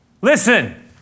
Listen